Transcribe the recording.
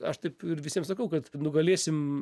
aš taip ir visiems sakau kad nugalėsim